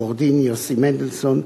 עורך-דין יוסי מנדלסון,